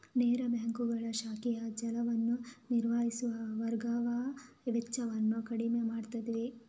ನೇರ ಬ್ಯಾಂಕುಗಳು ಶಾಖೆಯ ಜಾಲವನ್ನು ನಿರ್ವಹಿಸುವ ಗಮನಾರ್ಹ ವೆಚ್ಚವನ್ನು ಕಡಿಮೆ ಮಾಡುತ್ತವೆ